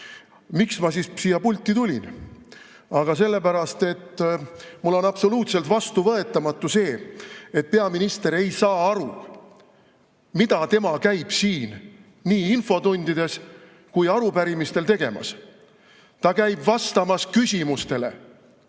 ma siia pulti tulin? Aga sellepärast, et mulle on absoluutselt vastuvõetamatu see, et peaminister ei saa aru, mida tema käib siin nii infotundides kui arupärimistel tegemas. Ta käib vastamas küsimustele.